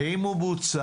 האם הוא בוצע?